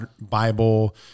Bible